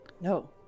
No